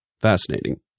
fascinating